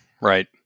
Right